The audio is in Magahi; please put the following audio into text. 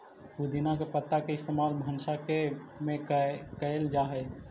पुदीना के पत्ता के इस्तेमाल भंसा में कएल जा हई